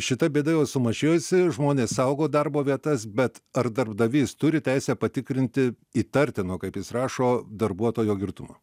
šita bėda jau sumažėjusi žmonės saugo darbo vietas bet ar darbdavys turi teisę patikrinti įtartino kaip jis rašo darbuotojo girtumą